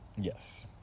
Yes